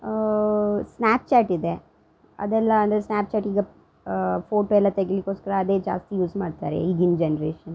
Snapchat ಇದೆ ಅದೆಲ್ಲಾ ಅಂದರೆ ಸ್ನಾಪ್ಚಾಟ್ ಈಗ ಫೋಟೋ ಎಲ್ಲ ತೆಗಿಲಿಕ್ಕೋಸ್ಕರ ಅದೇ ಜಾಸ್ತಿ ಯೂಸ್ ಮಾಡ್ತಾರೆ ಈಗಿನ ಜನ್ರೇಷನ್